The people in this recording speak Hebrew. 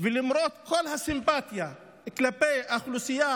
ולמרות כל הסימפתיה כלפי האוכלוסייה